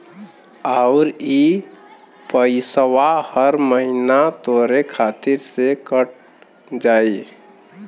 आउर इ पइसवा हर महीना तोहरे खाते से कट जाई